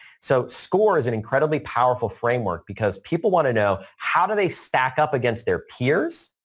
so, score is an incredibly powerful framework, because people want to know, how do they stack up against their peers?